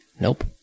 Nope